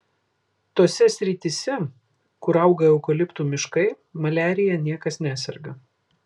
tose srityse kur auga eukaliptų miškai maliarija niekas neserga